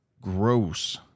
gross